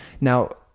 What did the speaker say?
Now